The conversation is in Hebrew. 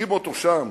ומוקיעים אותו שם